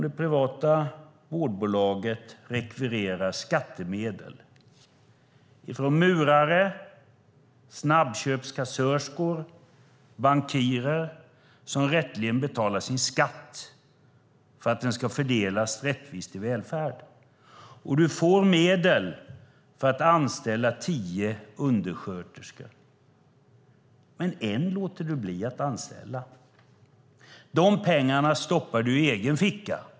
Det privata vårdbolaget rekvirerar skattemedel från murare, snabbköpskassörskor och bankirer som rätteligen betalar sin skatt för att den ska fördelas rättvist till välfärd. Du får medel för att anställa tio undersköterskor, men en låter du bli att anställa. De pengarna stoppar du i egen ficka.